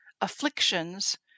afflictions